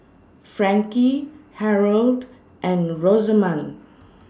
Frankie Harold and Rosamond